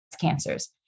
cancers